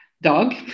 Dog